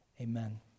amen